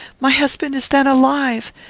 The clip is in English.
my husband is then alive!